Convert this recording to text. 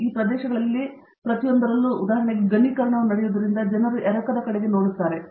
ಆದ್ದರಿಂದ ಈ ಪ್ರದೇಶಗಳಲ್ಲಿ ಪ್ರತಿಯೊಂದರಲ್ಲೂ ಉದಾಹರಣೆಗೆ ಘನೀಕರಣವು ನಡೆಯುವುದರಿಂದ ಜನರು ಎರಕದ ಕಡೆಗೆ ನೋಡುತ್ತಿದ್ದಾರೆ